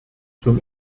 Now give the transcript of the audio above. zum